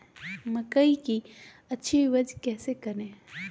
मकई की अच्छी उपज कैसे करे?